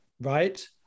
Right